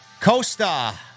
Costa